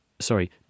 sorry